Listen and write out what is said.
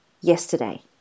yesterday